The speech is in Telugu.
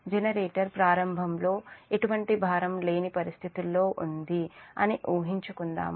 జనరేటర్ ప్రారంభంలో ఎటువంటి భారం లేని పరిస్థితిలో ఉంది అని ఊహించుకుందాము